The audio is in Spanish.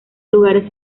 lugares